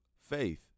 faith